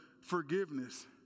forgiveness